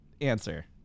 answer